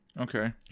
Okay